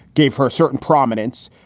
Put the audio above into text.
gave her a certain prominence,